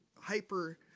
hyper